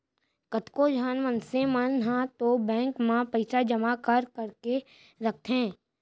कतको झन मनसे मन ह तो बेंक म पइसा जमा कर करके रखथे